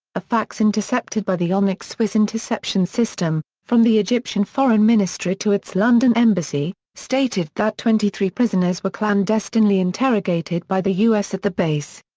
a fax intercepted by the onyx swiss interception system, from the egyptian foreign ministry to its london embassy, stated that twenty three prisoners were clandestinely interrogated by the u s. at the base.